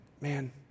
man